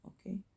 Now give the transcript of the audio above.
okay